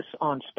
on